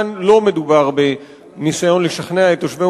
כאן לא מדובר בניסיון לשכנע את תושבי